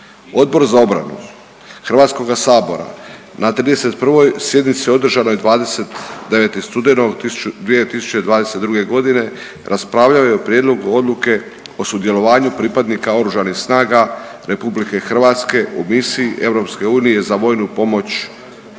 Odbor za obranu Hrvatskoga sabora na 31. sjednici održanoj 29. studenog 2022. godine raspravljao je o Prijedlogu Odluke o sudjelovanju pripadnika Oružanih snaga RH u misiji EU za vojnu pomoć za